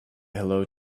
hello